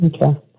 Okay